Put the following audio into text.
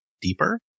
deeper